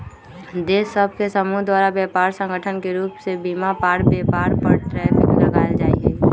देश सभ के समूह द्वारा व्यापार संगठन के रूप में सीमा पार व्यापार पर टैरिफ लगायल जाइ छइ